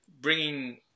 bringing